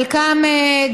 חלקן,